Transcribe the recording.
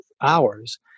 hours